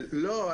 לא.